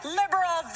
liberal